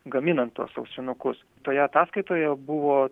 gaminant tuos ausinukus toje ataskaitoje buvo